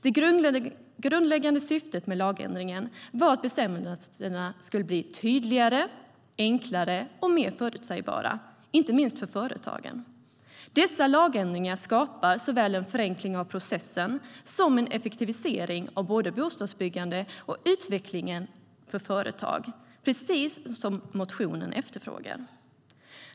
Det grundläggande syftet med lagändringen var att bestämmelserna skulle bli tydligare, enklare och mer förutsägbara - inte minst för företagen. Dessa lagändringar skapar såväl en förenkling av processen som en effektivisering av bostadsbyggande och utveckling av företag, precis som efterfrågas i en motion.